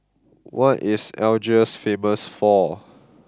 what is Algiers famous for